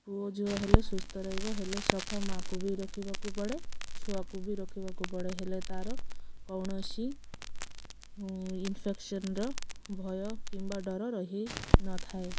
ପୁଅ ଝିଅ ହେଲେ ସୁସ୍ଥ ରହିବ ହେଲେ ସଫା ମାଆକୁ ବି ରଖିବାକୁ ପଡ଼େ ଛୁଆକୁ ବି ରଖିବାକୁ ପଡ଼େ ହେଲେ ତାର କୌଣସି ଇନଫେକ୍ସନର ଭୟ କିମ୍ବା ଡର ରହି ନଥାଏ